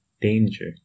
danger